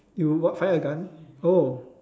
you got fire a gun oh